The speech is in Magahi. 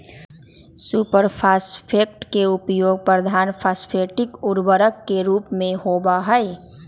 सुपर फॉस्फेट के उपयोग प्रधान फॉस्फेटिक उर्वरक के रूप में होबा हई